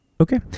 Okay